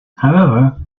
however